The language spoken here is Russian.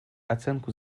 оценку